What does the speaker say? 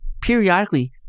periodically